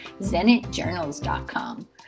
zenitjournals.com